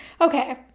okay